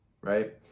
right